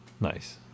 Nice